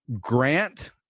Grant